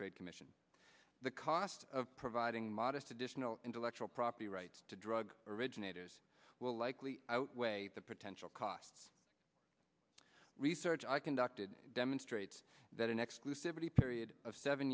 trade commission the costs of providing modest additional intellectual property rights to drug originators will likely outweigh the potential costs research i conducted demonstrate that an exclusivity period of seven